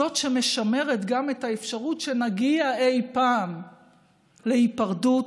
זאת שמשמרת גם את האפשרות שנגיע אי-פעם להיפרדות